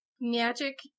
Magic